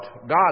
God